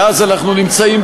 ואז אנחנו נמצאים,